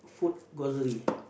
food grocery